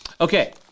Okay